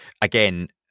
again